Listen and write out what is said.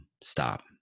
Stop